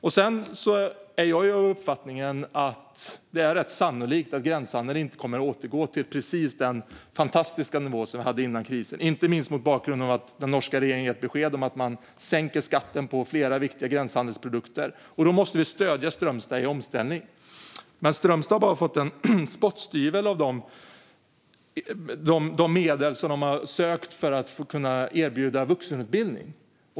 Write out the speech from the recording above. Jag är av den uppfattningen att det är rätt sannolikt att gränshandeln inte kommer att återgå till precis den fantastiska nivå som vi hade före krisen, inte minst mot bakgrund av att den norska regeringen gett besked om att de sänker skatten på flera viktiga gränshandelsprodukter. Då måste vi stödja Strömstad i omställningen, men Strömstad har bara fått en spottstyver av de medel som man sökt för att kunna erbjuda vuxenutbildning.